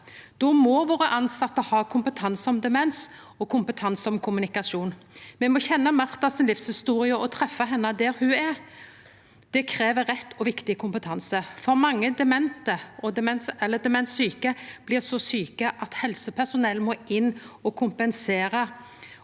Då må våre tilsette ha kompetanse om demens og kompetanse om kommunikasjon. Me må kjenna Marta si livshistorie og treffa henne der ho er. Det krev rett og viktig kompetanse. Mange demenssjuke blir så sjuke at helsepersonell må inn og kompensera